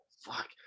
fuck